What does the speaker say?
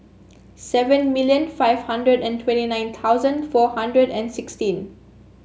seven million five hundred and twenty nine thousand four hundred and sixteen